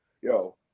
Yo